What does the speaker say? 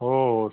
हो